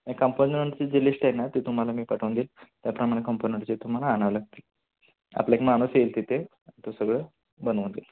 नाही कम्पोनंटची जी लिस्ट आहे ना ते तुम्हाला मी पाठवून देईन त्याप्रमाणे कम्पोनंट जे तुम्हाला आणावे लागतील आपला एक माणूस येईल तिथे तो सगळं बनवून देईल